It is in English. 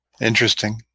Interesting